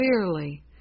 clearly